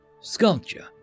Sculpture